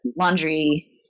laundry